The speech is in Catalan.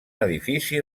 edifici